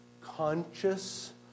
conscious